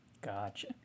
Gotcha